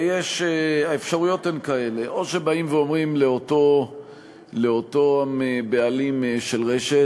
האפשרויות הן כאלה: או שאומרים לאותם בעלים של רשת,